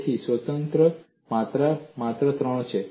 તેથી સ્વતંત્ર માત્રા માત્ર ત્રણ છે